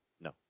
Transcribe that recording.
No